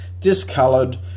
discolored